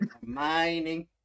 mining